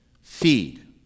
feed